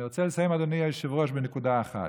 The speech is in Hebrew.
אני רוצה לסיים, אדוני היושב-ראש, בנקודה אחת.